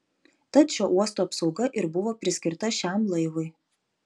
tad šio uosto apsauga ir buvo priskirta šiam laivui